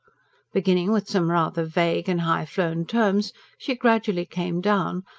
beginning with some rather vague and high-flown terms she gradually came down,